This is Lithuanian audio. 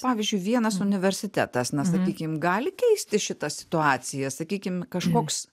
pavyzdžiui vienas universitetas na sakykim gali keisti šitą situaciją sakykim kažkoks